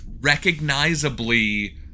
recognizably